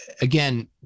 again